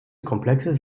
komplexes